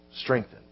strengthened